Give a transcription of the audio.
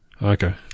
Okay